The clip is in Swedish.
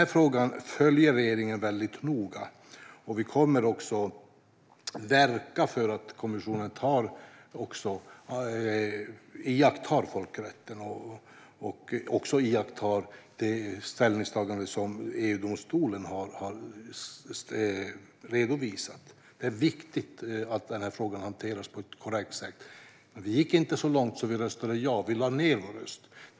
Regeringen följer frågan väldigt noga, och vi kommer också att verka för att kommissionen iakttar folkrätten och även iakttar det ställningstagande som EU-domstolen har redovisat. Det är viktigt att frågan hanteras på ett korrekt sätt. Vi gick inte så långt så att vi röstade ja, utan vi lade ned vår röst.